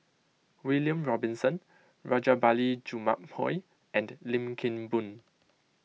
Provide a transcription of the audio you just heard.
William Robinson Rajabali Jumabhoy and Lim Kim Boon